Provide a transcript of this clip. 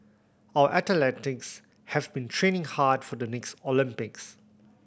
our athletes have been training hard for the next Olympics